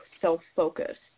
self-focused